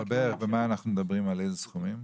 אבל בערך במה אנחנו מדברים, על איזה סכומים?